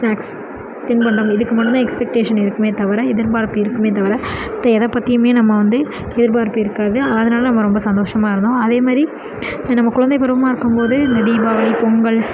snacks தின்பண்டம் இதுக்கு மட்டும் தான் எக்ஸ்பெக்டேஷன் இருக்குமே தவிர எதிர்பார்ப்பு இருக்குமே தவிர மற்ற எதை பற்றியுமே நம்ம வந்து எதிர்பார்ப்பு இருக்காது அதனால் நம்ம ரொம்ப சந்தோஷமாக இருந்தோம் அதேமாரி இப்போ நம்ம குழந்தை பருவமாக இருக்கும்போது இந்த தீபாவளி பொங்கல்